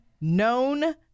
known